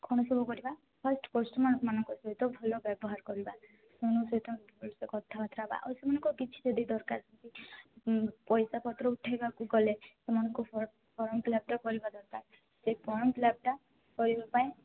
କଣ ସବୁ କରିବା ଫାର୍ଷ୍ଟ କଷ୍ଟମର୍ମାନଙ୍କ ସହିତ ଭଲ ବ୍ୟବହାର କରିବା ସେମାନଙ୍କ ସହିତ ଭଲସେ କଥାବାର୍ତ୍ତା ହେବା ଆଉ ସେମାନଙ୍କର କିଛି ଯଦି ଦରକାର ପଇସା ପତ୍ର ଉଠାଇବାକୁ ଗଲେ ସେମାନଙ୍କୁ ଫର୍ମ ଫର୍ମ ଫିଲ୍ଅପ୍ଟା କରିବା ଦରକାର ସେ ଫର୍ମ ଫିଲ୍ଅପ୍ଟା କରିବା ପାଇଁ